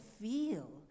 feel